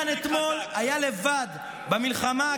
עידן אתמול היה לבד במלחמה,